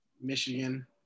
Michigan